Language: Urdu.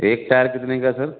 ایک ٹائر کتنے کا ہے سر